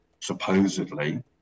supposedly